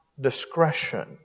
discretion